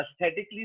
aesthetically